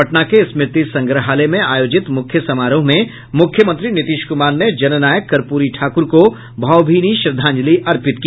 पटना के स्मृति संग्रहालय में आयोजित मुख्य समारोह में मुख्यमंत्री नीतीश कुमार ने जननायक कर्प्री ठाकुर को भावभीनी श्रद्धांजलि अर्पित की